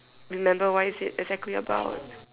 remember what is it exactly about